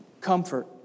Comfort